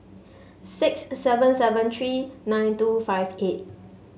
six seven seven three nine two five eight